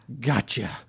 Gotcha